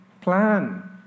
Plan